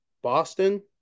Boston